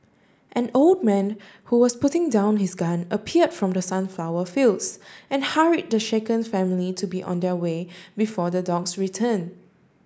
an old man who was putting down his gun appeared from the sunflower fields and hurried the shaken family to be on their way before the dogs return